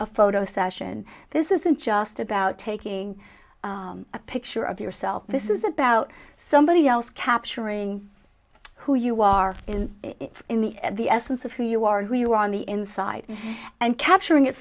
a photo session this isn't just about taking a picture of yourself this is about somebody else capturing who you are in the at the essence of who you are who you are on the inside and capturing it